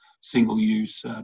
single-use